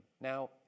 Now